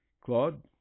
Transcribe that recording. Claude